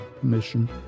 permission